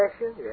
Yes